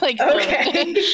okay